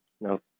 No